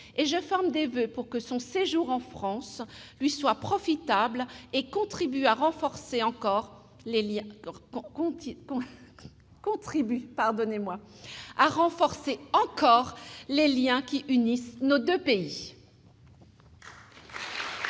et je forme des voeux pour que son séjour en France lui soit profitable et contribue à renforcer encore les liens qui unissent nos deux pays. L'ordre